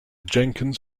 jenkins